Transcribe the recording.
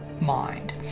mind